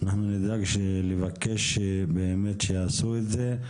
אנחנו נדאג לבקש שיעשו את זה.